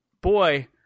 boy